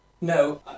No